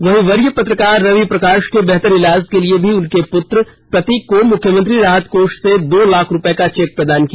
वहीं वरीय पत्रकार रवि प्रकाष के बेहतर इलाज के लिए भी उनके पुत्र प्रतीक को मुख्यमंत्री राहत कोष से दो लाख रुपये का चेक प्रदान किया